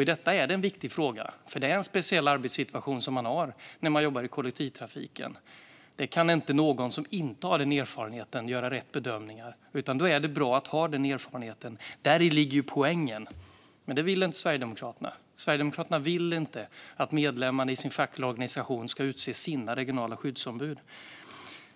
I detta sammanhang är det en viktig fråga, för det är en speciell arbetssituation man har när man jobbar i kollektivtrafiken. Någon som inte har den erfarenheten kan inte göra rätt bedömningar, utan det är bra att ha den erfarenheten. Däri ligger poängen. Men det vill inte Sverigedemokraterna. Sverigedemokraterna vill inte att medlemmarna i en facklig organisation ska utse sina regionala skyddsombud.